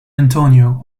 antonio